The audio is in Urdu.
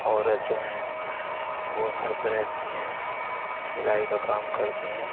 عورت جو ہیں وہ گھر پہ رہتی ہیں سلائی کا کام کرتی ہیں